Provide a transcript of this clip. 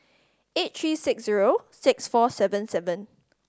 eight three six zero six four seven seven